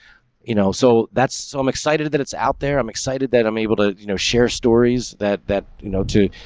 you know? so that's so i'm excited that it's out there. i'm excited that i'm able to, you know, share stories that that you know, too.